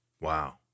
Wow